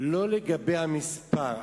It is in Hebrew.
לא לגבי המספר.